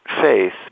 faith